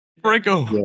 Franco